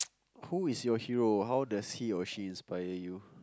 who is your hero how does he or she inspire you